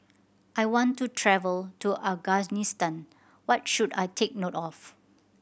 I want to travel to Afghanistan what should I take note of